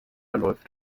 läuft